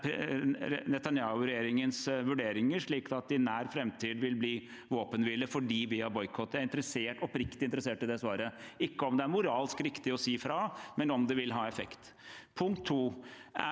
Netanyahu-regjeringens vurderinger slik at det i nær framtid vil bli våpenhvile fordi vi har boikott? Jeg er oppriktig interessert i svaret på det – ikke om det er moralsk riktig å si fra, men om det vil ha effekt. Punkt